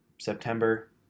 September